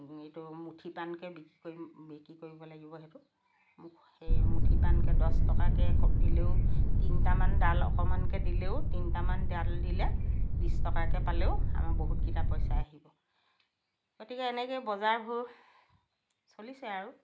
এইটো মুঠি পাণকৈ বিকি কৰিম বিকি কৰিব লাগিব সেইটো সেই মুঠি পাণকৈ দহ টকাকৈ দিলেও তিনিটামান ডাল অকণমানকৈ দিলেও তিনিটামান ডাল দিলে বিছ টকাকৈ পালেও আমাৰ বহুতকেইটা পইচা আহিব গতিকে এনেকৈয়ে বজাৰবোৰ চলিছে আৰু